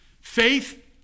Faith